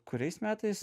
kuriais metais